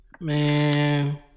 man